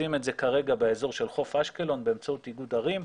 עושים את זה כרגע באזור של חוף אשקלון באמצעות איגוד ערים,